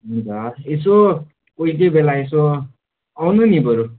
हुन्छ यसो कोही कोही बेला यसो आउनु नि बरु